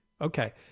Okay